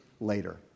later